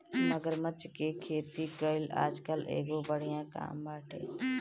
मगरमच्छ के खेती कईल आजकल एगो बढ़िया काम बाटे